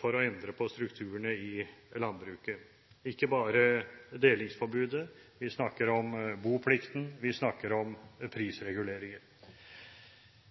for å endre på strukturene i landbruket, ikke bare delingsforbudet. Vi snakker om boplikten, vi snakker om